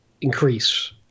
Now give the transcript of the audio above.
increase